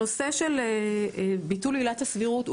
הנושא של ביטול עילת הסבירות,